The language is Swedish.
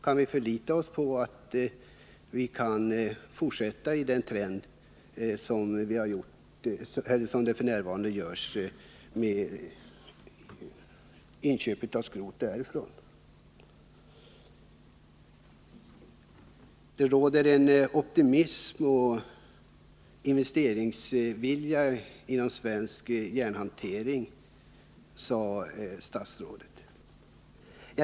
Kan vi lita på att vi kan fortsätta att som nu göra inköp av skrot därifrån? Det råder en optimism och en investeringsvilja inom svensk järnhantering, sade statsrådet.